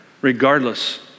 regardless